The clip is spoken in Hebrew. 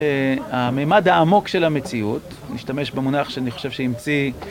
הממד העמוק של המציאות, נשתמש במונח שאני חושב שהמציא